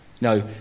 No